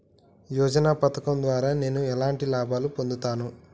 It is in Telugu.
యోజన పథకం ద్వారా నేను ఎలాంటి లాభాలు పొందుతాను?